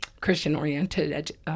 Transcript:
Christian-oriented